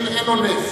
אין אונס,